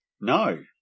no